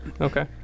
Okay